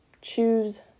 choose